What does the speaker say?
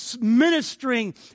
ministering